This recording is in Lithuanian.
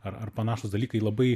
ar ar panašūs dalykai labai